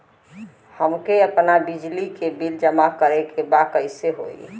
हमके आपन बिजली के बिल जमा करे के बा कैसे होई?